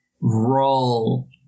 Roll